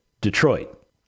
Detroit